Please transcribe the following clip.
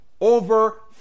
over